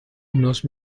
unos